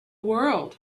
world